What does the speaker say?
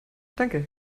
danke